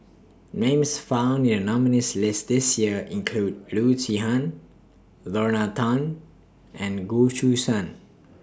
Names found in The nominees' list This Year include Loo Zihan Lorna Tan and Goh Choo San